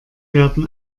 werden